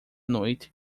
noite